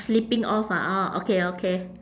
slipping off ah orh okay okay